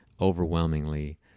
overwhelmingly